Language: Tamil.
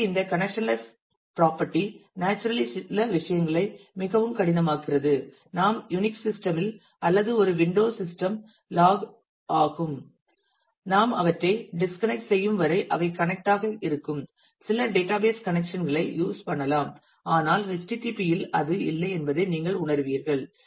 எனவே இந்த கனெக்சன்லெஸ் புராப்பட்டி நேச்சுரலி சில விஷயங்களை மிகவும் கடினமாக்குகிறது நாம் யுனிக்ஸ் சிஸ்டம் இல் அல்லது ஒரு விண்டோ சிஸ்டம் லாக் ஆகும் நாம் அவற்றைத் டிஸ்கனெக்ட் செய்யும் வரை அவை கனெக்ட் ஆக இருக்கும் சில டேட்டாபேஸ் கனெக்சன் களைப் யூஸ் பண்ணலாம் ஆனால் http இல் அது இல்லை என்பதை நீங்கள் உணருவீர்கள்